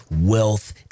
wealth